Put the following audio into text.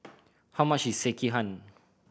how much is Sekihan